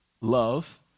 love